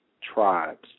tribes